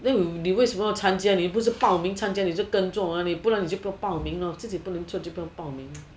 then 你为什么参加你不是报名参加你是跟做不然你就不要报名自己不能惨就不要报名